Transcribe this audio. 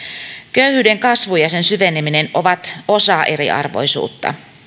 köyhyyden kasvu ja sen syveneminen ovat osa eriarvoisuutta